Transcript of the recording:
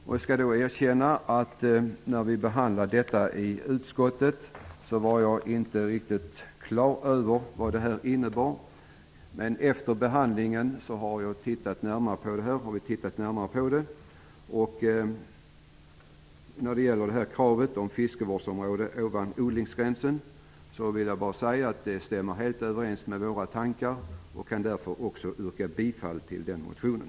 Jag skall erkänna att när motionen behandlades i utskottet var jag inte riktigt klar över vad den innebar. Men efter behandlingen har jag tittat näramre på motionen och kravet på ett fiskevårdsområde ovan odlingsgränsen. Kravet stämmer helt överens med våra tankar, och jag yrkar därför bifall till den motionen.